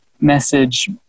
message